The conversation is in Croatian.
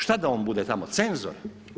Šta da on bude tamo cenzor?